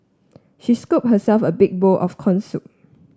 she scoop herself a big bowl of corn soup